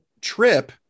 trip